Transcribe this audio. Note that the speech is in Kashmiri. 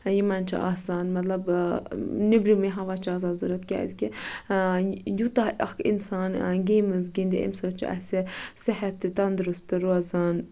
یِمَن چھُ آسان مطلب نیبرِمٕے ہوا چھُ آسان ضرورت کیازِ کہِ یوتاہ اَکھ اِنسان گیمہِ مَنٛز گِندِ ایمہِ سۭتۍ چھُ اَسہِ صیحت تہِ تَندرُست روزان